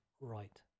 right